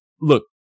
look